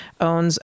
owns